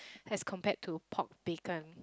as compared to pork bacon